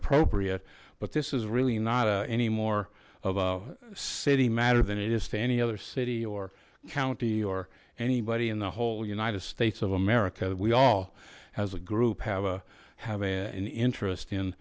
appropriate but this is really not any more of a city matter than it is to any other city or county or anybody in the whole united states of america we all as a group have a have an interest in